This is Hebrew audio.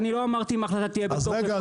אני לא אמרתי ההחלטה תהיה -- אז רגע,